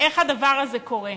איך הדבר הזה קורה.